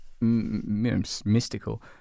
mystical